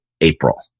April